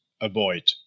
avoid